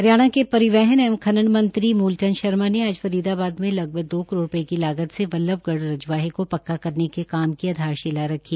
हरियाणा के रिवहन एवं खनन मंत्री श्री मूलचंद शर्मा ने आज फरीदाबाद में लगभग दो करोड़ रु ये की लागत से बल्लभगढ़ रजवाहे को क्का करने के काम की आधारशिला रखी